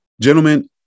gentlemen